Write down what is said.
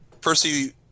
Percy